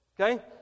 Okay